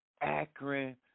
Akron